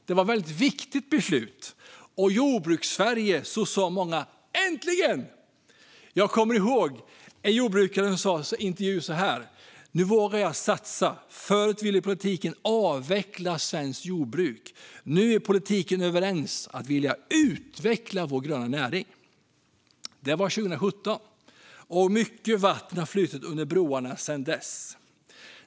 Det var ett väldigt viktigt beslut, och i Jordbrukssverige sa många: Äntligen! Jag kommer ihåg en jordbrukare som i en intervju sa: Nu vågar jag satsa. Förut ville politiken avveckla svenskt jordbruk. Nu är politiken överens om att vilja utveckla vår gröna näring. Det var 2017. Mycket vatten har flutit under broarna sedan dess.